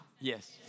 Yes